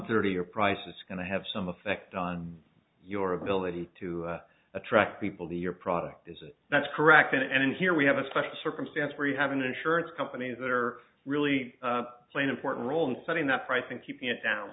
thirty or price it's going to have some effect on your ability to attract people to your product is that that's correct and in here we have a special circumstance where you have an insurance companies that are really play an important role in setting that price and keeping it down